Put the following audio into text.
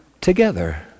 together